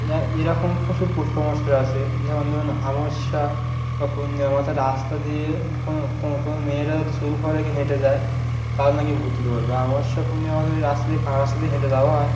এরকম প্রচুর কুসংস্কার আছে যেমন ধরুন অমাবস্যা বা পূর্ণিমাতে রাস্তা দিয়ে কোনো কোনো মেয়েরা যদি চুল খোলা রেখে হেঁটে যায় তাদের নাকি ভুতে ধরবে অমাবস্যা পূর্ণিমাতে যদি রাস্তা দিয়ে রাস্তা দিয়ে হেঁটে যাওয়া হয়